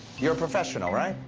you're a professional, right?